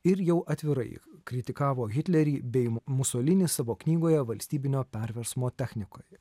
ir jau atvirai kritikavo hitlerį bei musolinį savo knygoje valstybinio perversmo technikoje